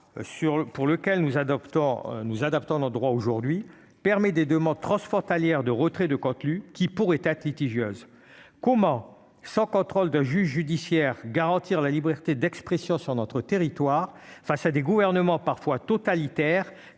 pour lequel nous adoptons, nous adaptons nos droits aujourd'hui permet des demandes transfrontalière de retraits de contenus qui pourraient être litigieuse comment sans contrôle d'un juge judiciaire, garantir la liberté d'expression sur notre territoire, face à des gouvernements parfois totalitaire